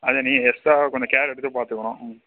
அதை நீங்கள் எக்ஸ்ட்ராவா கொஞ்சம் கேர் எடுத்து பார்த்துக்கணும் ம்